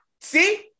See